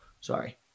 Sorry